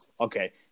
Okay